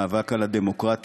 מאבק על הדמוקרטיה,